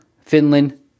Finland